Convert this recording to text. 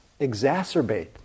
exacerbate